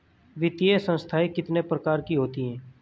वित्तीय संस्थाएं कितने प्रकार की होती हैं?